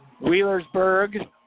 Wheelersburg